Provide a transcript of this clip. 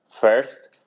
first